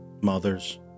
mothers